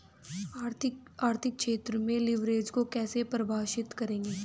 आर्थिक क्षेत्र में लिवरेज को कैसे परिभाषित करेंगे?